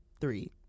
three